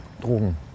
Drogen